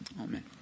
Amen